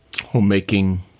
homemaking